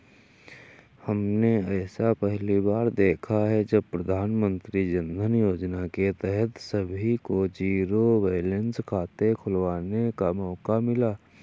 हमने ऐसा पहली बार देखा है जब प्रधानमन्त्री जनधन योजना के तहत सभी को जीरो बैलेंस खाते खुलवाने का मौका मिला